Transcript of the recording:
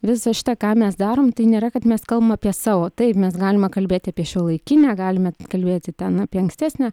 visa šita ką mes darom tai nėra kad mes kalbame apie savo taip mes galima kalbėti apie šiuolaikinę galime kalbėti ten apie ankstesnę